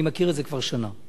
אני מכיר את זה כבר שנה.